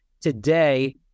today